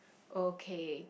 okay